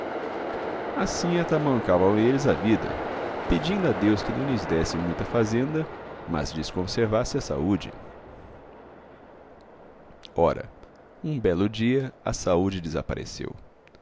assim atamancavam eles a vida pedindo a deus que não lhes desse muita fazenda mas lhes conservasse a saúde ora um belo dia a saúde desapareceu